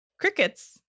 Crickets